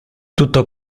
tutto